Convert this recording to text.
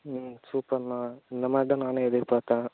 ம் சூப்பர்ண்ணா இந்தமாதிரி தான் நானும் எதிர்பார்த்தேன்